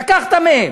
לקחת מהם?